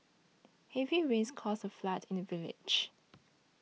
heavy rains caused a flood in the village